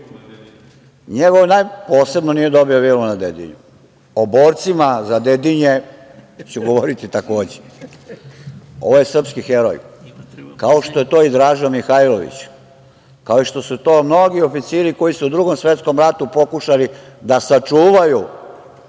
Dedinju.)Posebno nije dobio vilu na Dedinju. O borcima za Dedinje ću govoriti, takođe. Ovo je srpski heroj, kao što je to i Draža Mihajlović, kao što su to i mnogi oficiri koji su u Drugom svetskom ratu pokušali da sačuvaju